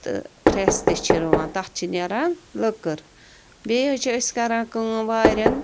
تہٕ فریٚس تہِ چھِ رُوان تَتھ چھِ نیران لٔکٕر بیٚیہِ حظ چھِ أسۍ کَران کٲم واریٚن